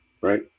right